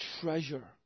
treasure